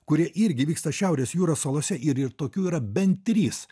kurie irgi vyksta šiaurės jūros salose ir ir tokių yra bent trys